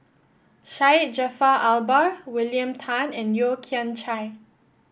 Syed Jaafar Albar William Tan and Yeo Kian Chai